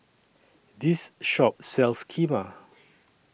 This Shop sells Kheema